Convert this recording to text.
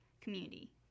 community